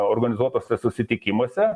organizuotuose susitikimuose